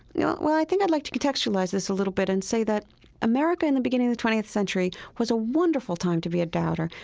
you know, well, i think i'd like to contextualize this a little bit and say that america in the beginning of the twentieth century was a wonderful time to be a doubter.